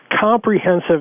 comprehensive